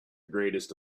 greatest